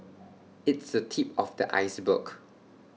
it's the tip of the iceberg